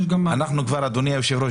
יש גם --- אדוני היושב ראש,